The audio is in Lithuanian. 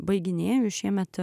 baiginėju šiemet